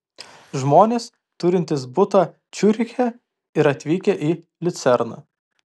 žmonės turintys butą ciuriche ir atvykę į liucerną